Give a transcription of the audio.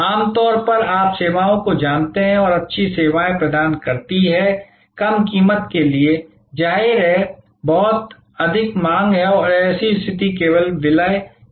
आम तौर पर आप सेवाओं को जानते हैं जो अच्छी सेवाएं प्रदान करती हैं कम कीमत के लिए जाहिर है बहुत अधिक मांग है और ऐसी स्थिति केवल विलय करती है